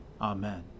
Amen